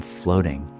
floating